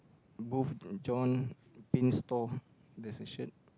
booth and John bean store in that section